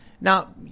Now